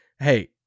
Hey